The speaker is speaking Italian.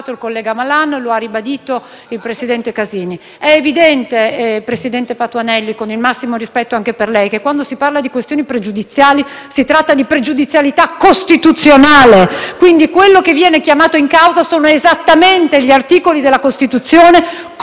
il presidente Casini. È evidente, presidente Patuanelli, con il massimo rispetto anche per lei, che quando si parla di questioni pregiudiziali si tratta di pregiudizialità costituzionale, quindi ciò che viene chiamato in causa sono esattamente gli articoli della Costituzione contro cui